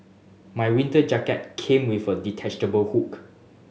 my winter jacket came with a detachable hook